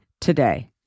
today